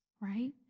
right